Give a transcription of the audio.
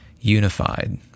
unified